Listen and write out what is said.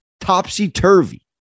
Topsy-turvy